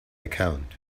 account